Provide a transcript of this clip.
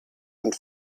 and